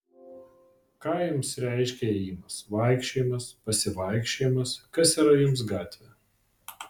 ką jums reiškia ėjimas vaikščiojimas pasivaikščiojimas kas yra jums gatvė